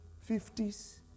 Fifties